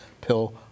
pill